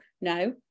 no